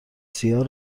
سیاه